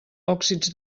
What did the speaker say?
òxids